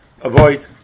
avoid